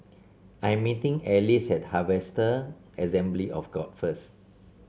I am meeting Alize at Harvester Assembly of God first